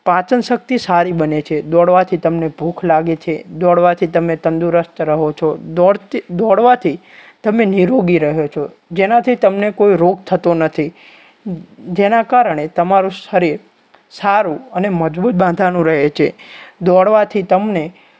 પાચનશક્તિ સારી બને છે દોડવાથી તમને ભૂખ લાગે છે દોડવાથી તમે તંદુરસ્ત રહો છો દોડવાથી તમે નિરોગી રહો છો જેનાથી તમને કોઈ રોગ થતો નથી જેના કારણે તમારું શરીર સારું અને મજબૂત બાંધાનું રહે છે દોડવાથી તમને